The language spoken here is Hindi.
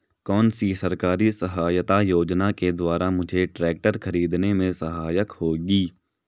कौनसी सरकारी सहायता योजना के द्वारा मुझे ट्रैक्टर खरीदने में सहायक होगी?